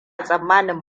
tsammanin